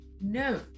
no